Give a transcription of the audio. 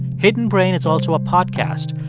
hidden brain is also a podcast.